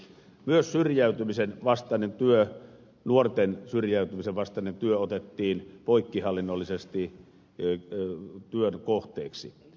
myös nuorten syrjäytymisen vastainen työ otettiin poikkihallinnollisesti työn kohteeksi